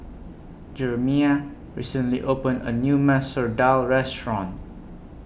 Jerimiah recently opened A New Masoor Dal Restaurant